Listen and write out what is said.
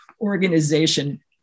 organization